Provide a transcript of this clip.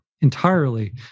entirely